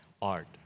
Art